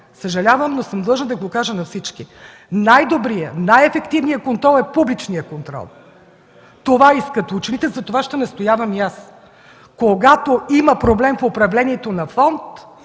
Съжалявам, но съм длъжна да го кажа на всички – най-добрият, най-ефективният контрол е публичният контрол. Това искат учените, за това ще настоявам и аз. Когато има проблем в управлението на фонд,